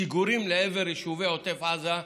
שיגורים לעבר יישובי עוטף עזה,